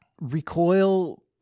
recoil